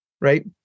right